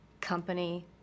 company